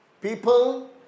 people